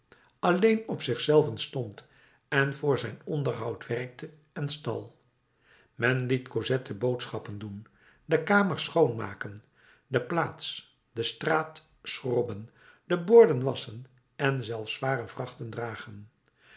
alleen op zich zelven stond en voor zijn onderhoud werkte en stal men liet cosette boodschappen doen de kamers schoon maken de plaats de straat schrobben de borden wasschen en zelfs zware vrachten dragen